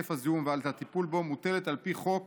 היקף הזיהום ולטיפול בו מוטלת על פי חוק